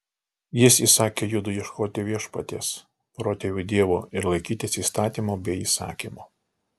jis įsakė judui ieškoti viešpaties protėvių dievo ir laikytis įstatymo bei įsakymo